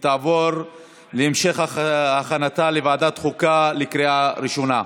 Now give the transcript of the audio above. ותעבור להמשך הכנתה לוועדת החוקה לקריאה ראשונה.